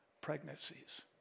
pregnancies